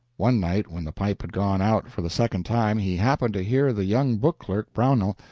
one night, when the pipe had gone out for the second time, he happened to hear the young book-clerk, brownell,